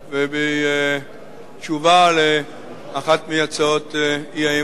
ובתשובה על אחת מהצעות האי-אמון